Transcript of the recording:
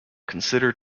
consider